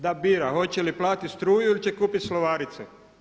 Da bira hoće li platiti struju ili će kupit slovarice?